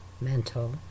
mental